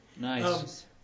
Nice